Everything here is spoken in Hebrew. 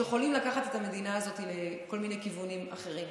שיכולים לקחת את המדינה הזאת לכל מיני כיוונים אחרים.